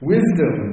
Wisdom